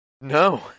No